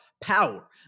power